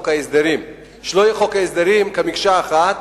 שלא יהיה חוק ההסדרים כמקשה אחת,